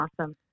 Awesome